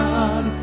God